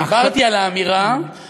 דיברתי על האמירה,